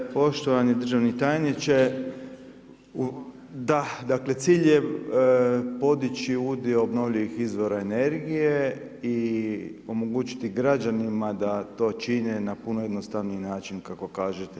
Poštovani državni tajniče, da, dakle cilj je podići udio obnovljivih izvora energije i omogućiti građanima da to čine na puno jednostavniji način kako kažete.